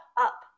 up